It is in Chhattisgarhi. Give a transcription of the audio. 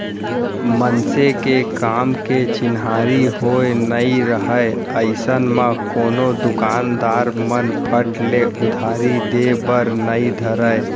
मनसे के काम के चिन्हारी होय नइ राहय अइसन म कोनो दुकानदार मन फट ले उधारी देय बर नइ धरय